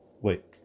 wait